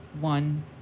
one